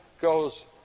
goes